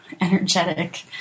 energetic